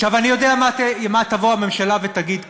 אני יודע מה תבוא הממשלה ותגיד כאן,